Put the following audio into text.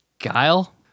Guile